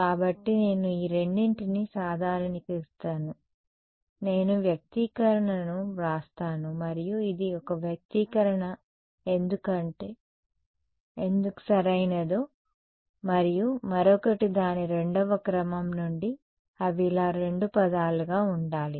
కాబట్టి నేను ఈ రెండింటిని సాధారణీకరిస్తాను నేను వ్యక్తీకరణను వ్రాస్తాను మరియు ఇది ఒక వ్యక్తీకరణ ఎందుకు సరైనదో మరియు మరొకటి దాని 2వ క్రమం నుండి అవి ఇలా రెండు పదాలుగా ఉండాలి